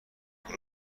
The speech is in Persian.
کاهو